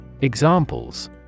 Examples